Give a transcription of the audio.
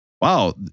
Wow